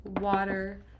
water